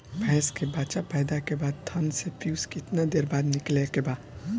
भैंस के बच्चा पैदा के बाद थन से पियूष कितना देर बाद निकले के बा?